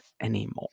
anymore